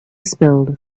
spilled